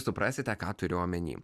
suprasite ką turiu omeny